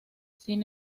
sin